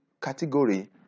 category